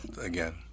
again